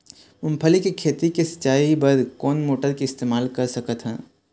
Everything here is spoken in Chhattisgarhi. मूंगफली के खेती के सिचाई बर कोन मोटर के इस्तेमाल कर सकत ह?